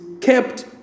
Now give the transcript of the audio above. kept